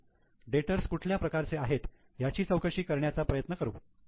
म्हणून डेटर्स कुठल्या प्रकारचे आहेत याची चौकशी करण्याचा प्रयत्न करू